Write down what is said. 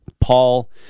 Paul